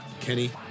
Kenny